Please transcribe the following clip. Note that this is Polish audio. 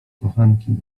kochanki